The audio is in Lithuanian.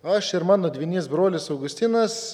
aš ir mano dvynys brolis augustinas